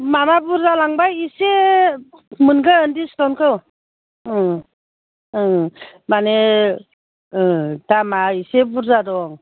माबा बुरजा लांबा एसे मोनगोन दिसकाउन्टखौ ओं माने दामआ एसे बुरजा दं